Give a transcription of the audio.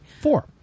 Four